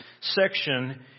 section